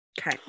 Okay